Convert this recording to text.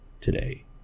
today